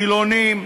חילונים,